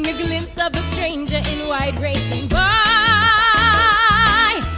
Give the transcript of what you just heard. glimpse of the stranger in white racing ah